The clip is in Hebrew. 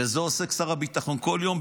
בזה עוסק שר הביטחון כל יום,